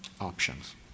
options